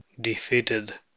defeated